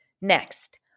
Next